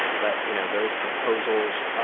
but you know, those proposals,